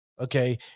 okay